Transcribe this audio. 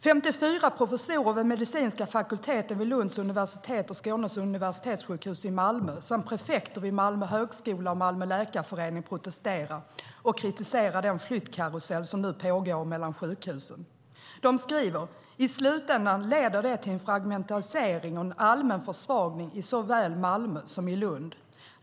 54 professorer vid medicinska fakulteten vid Lunds universitet och Skånes universitetssjukhus i Malmö samt prefekter vid Malmö högskola och Malmö Läkareförening protesterar och kritiserar den flyttkarusell som nu pågår mellan sjukhusen. De skriver: I slutändan leder det till en fragmentarisering och allmän försvagning såväl i Malmö som i Lund.